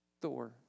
Thor